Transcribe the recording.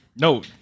No